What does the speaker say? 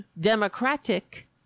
democratic